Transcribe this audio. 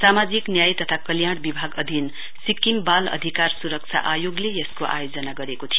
सामाजिक ब्याय तथा कल्याण विभाग अधिन सिक्किम बाल अधिकार सुरक्षा आयोगले यसको आयोजना गरेको थियो